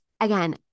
Again